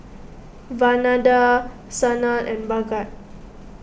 Vandana Sanal and Bhagat